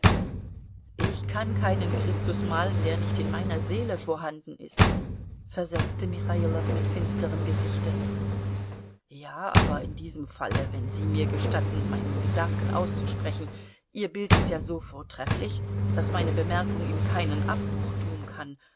ich kann keinen christus malen der nicht in meiner seele vorhanden ist versetzte michailow mit finsterem gesichte ja aber in diesem falle wenn sie mir gestatten meinen gedanken auszusprechen ihr bild ist ja so vortrefflich daß meine bemerkung ihm keinen abbruch tun kann